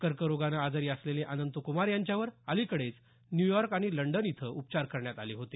कर्करोगानं आजारी असलेले अनंत कुमार यांच्यावर अलिकडेच न्यूयॉर्क आणि लंडन इथं उपचार करण्यात आले होते